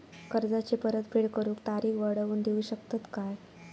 कर्जाची परत फेड करूक तारीख वाढवून देऊ शकतत काय?